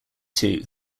too